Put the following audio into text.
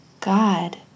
God